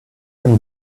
and